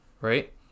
right